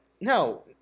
No